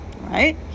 right